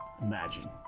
Imagine